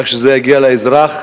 איך זה יגיע לאזרח,